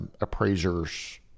appraiser's